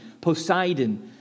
Poseidon